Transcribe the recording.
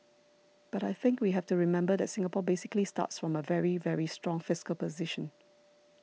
but I think we have to remember that Singapore basically starts from a very very strong fiscal position